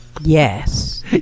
Yes